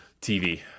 TV